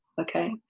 Okay